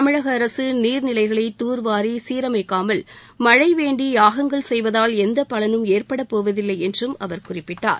தமிழக அரசு நீர்நிலைகளை தூர்வாரி சீரமைக்காமல் மழை வேண்டி யாகங்கள் செய்வதால் எந்தப் பலனும் ஏற்படப் போவதில்லை என்றும் அவர் குறிப்பிட்டார்